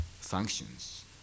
functions